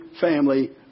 family